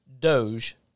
Doge